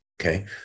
okay